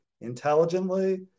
intelligently